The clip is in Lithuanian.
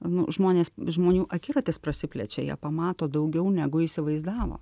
nu žmonės žmonių akiratis prasiplečia jie pamato daugiau negu įsivaizdavo